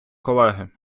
колеги